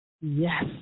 yes